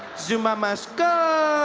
zuma must go!